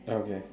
okay